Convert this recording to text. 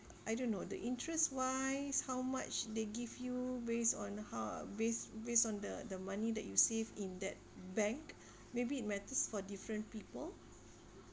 I don't know the interest-wise how much they give you based on uh based based on the the money that you save in that bank maybe it matters for different people